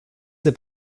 have